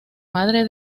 madre